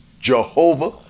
Jehovah